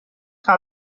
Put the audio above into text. دیدم